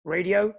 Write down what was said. Radio